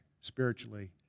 spiritually